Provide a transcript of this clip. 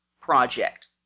project